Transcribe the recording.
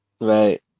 Right